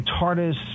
TARDIS